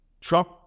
Trump